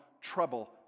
trouble